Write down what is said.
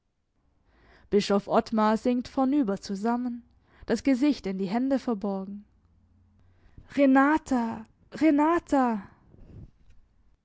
bischof ottmar sinkt vornüber zusammen das gesicht in die hände verborgen renata renata